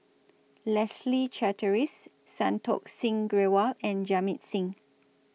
Leslie Charteris Santokh Singh Grewal and Jamit Singh